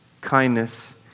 kindness